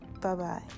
Bye-bye